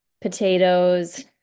potatoes